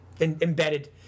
Embedded